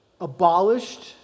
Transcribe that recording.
abolished